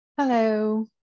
Hello